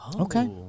Okay